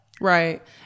Right